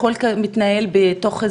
הכל מתנהל בתוך,